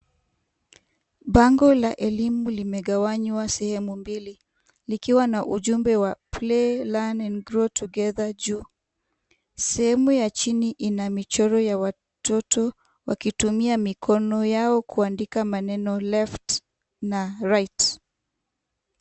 Bango la elimu limegawanywa sehemu mbili. Likiwa na ujumbe wa play, learn and grow together juu. Sehemu ya chini ina michoro ya watoto wakitumia mikono yao kuandika maneno left na right .